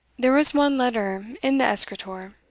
there is one letter in the escritoir